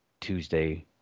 Tuesday